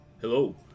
Hello